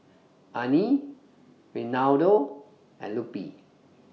Anie Reinaldo and Lupe